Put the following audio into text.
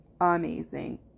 amazing